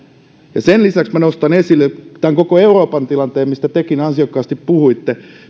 sen lisäksi nostan esille tämän koko euroopan tilanteen mistä tekin ansiokkaasti puhuitte